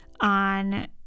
on